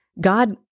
God